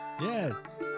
Yes